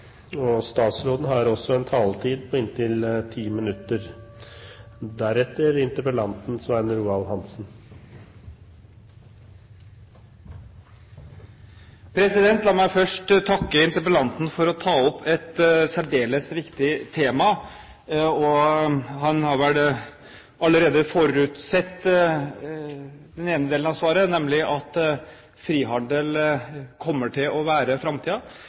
La meg først takke interpellanten for å ta opp et særdeles viktig tema. Han har vel allerede forutsett den ene delen av svaret, nemlig at frihandel kommer til å være